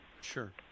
Sure